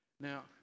Now